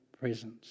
presence